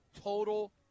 total